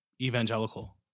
evangelical